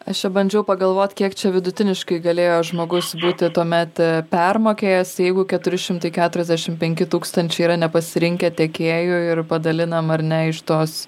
aš čia bandžiau pagalvot kiek čia vidutiniškai galėjo žmogus būti tuomet permokėjęs tai jeigu keturi šimtai keturiasdešimt penki tūkstančiai yra nepasirinkę tiekėjų ir padalinam ar ne iš tos